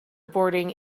boarding